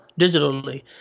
digitally